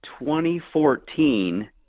2014